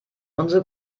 unsere